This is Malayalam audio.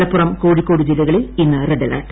മലപ്പുറം കോഴിക്കോട് ജില്ലകളിൽ ഇന്ന് റെഡ് അലെർട്ട്